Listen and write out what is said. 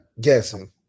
Guessing